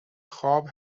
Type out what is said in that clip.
خواب